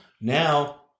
now